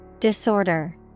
Disorder